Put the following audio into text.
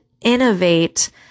innovate